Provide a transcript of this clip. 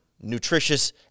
nutritious